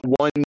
one